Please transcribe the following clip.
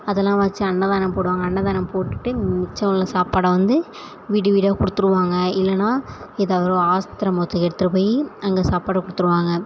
அதெல்லாம் வெச்சி அன்னதானம் போடுவாங்க அன்னதானம் போட்டுட்டு மிச்சம் உள்ள சாப்பாட்ட வந்து வீடு வீடாக கொடுத்துருவாங்க இல்லைனா எதாக ஒரு ஆஸ்த்தரமத்துக்கு எடுத்துட்டு போய் அங்கே சாப்பாட்ட கொடுத்துருவாங்க